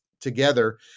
together